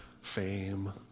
fame